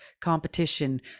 competition